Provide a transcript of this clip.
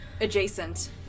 adjacent